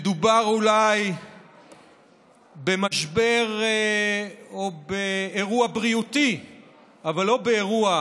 שמדובר אולי במשבר או באירוע בריאותי אבל לא באירוע